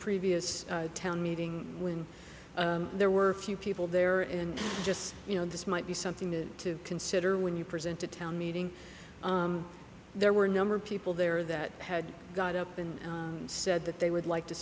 previous town meeting when there were a few people there and just you know this might be something to consider when you present a town meeting there were a number of people there that had got up and said that they would like to